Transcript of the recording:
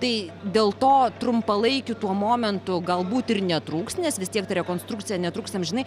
tai dėl to trumpalaikiu tuo momentu galbūt ir netrūks nes vis tiek rekonstrukcija netruks amžinai